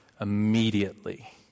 immediately